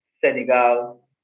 Senegal